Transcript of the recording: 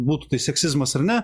būtų tai seksizmas ar ne